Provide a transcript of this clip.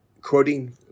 quoting